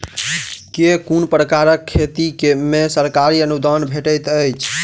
केँ कुन प्रकारक खेती मे सरकारी अनुदान भेटैत अछि?